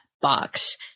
box